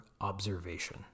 observation